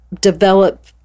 develop